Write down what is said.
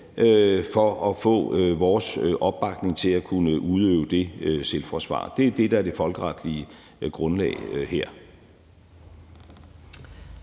for at få vores opbakning til at kunne udøve det selvforsvar. Det er det, der er det folkeretlige grundlag her.